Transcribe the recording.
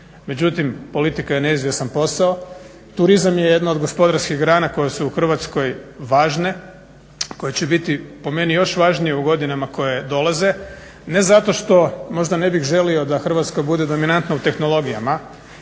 međutim politika je neizvjestan posao, turizam je jedna od gospodarskih grana koje su u Hrvatskoj važne, koje će biti po meni još važnije u godinama koje dolaze ne zato što možda ne bih želio da Hrvatska bude dominantna u tehnologijama,